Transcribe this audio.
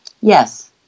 Yes